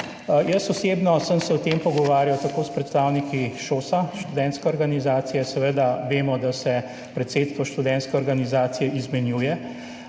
Jaz osebno sem se o tem pogovarjal tako s predstavniki ŠOS, Študentske organizacije, seveda vemo, da se predsedstvo Študentske organizacije izmenjuje,